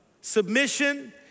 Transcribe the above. Submission